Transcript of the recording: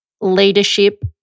leadership